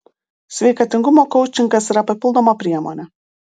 sveikatingumo koučingas yra papildoma priemonė